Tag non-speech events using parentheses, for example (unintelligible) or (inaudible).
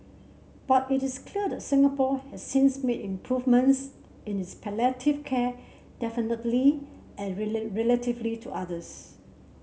but it is clear that Singapore has since made improvements in its palliative care definitively and (unintelligible) relatively to others